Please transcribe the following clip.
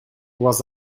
was